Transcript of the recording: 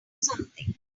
something